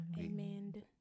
Amen